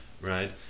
right